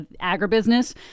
agribusiness